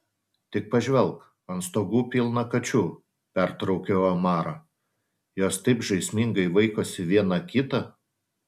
tik pažvelk ant stogų pilna kačių pertraukiau omarą jos taip žaismingai vaikosi viena kitą